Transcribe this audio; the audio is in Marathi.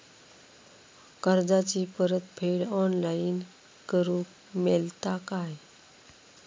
कर्जाची परत फेड ऑनलाइन करूक मेलता काय?